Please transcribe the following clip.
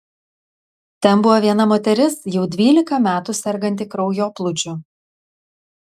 ten buvo viena moteris jau dvylika metų serganti kraujoplūdžiu